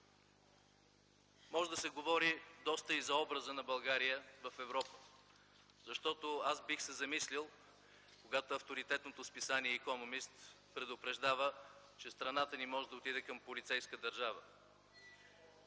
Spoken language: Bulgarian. Може да се говори доста и за образа на България в Европа, защото аз бих се замислил, когато авторитетното списание „Икономист” предупреждава, че страната ни може да отиде към полицейска държава.